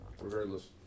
Regardless